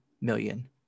million